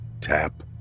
tap